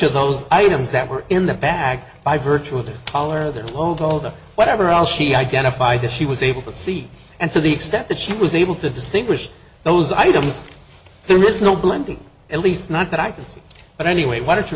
of those items that were in the bag by virtue of the color that won't hold up whatever else she identified that she was able to see and to the extent that she was able to distinguish those items there is no blending at least not that i can see but anyway why don't you